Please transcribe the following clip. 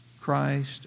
Christ